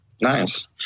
Nice